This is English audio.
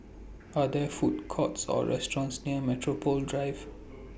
Are There Food Courts Or restaurants near Metropole Drive